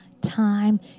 time